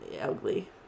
ugly